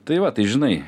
tai va tai žinai